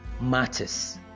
matters